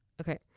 Okay